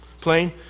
Plane